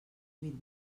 huit